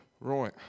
right